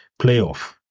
playoff